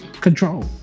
Control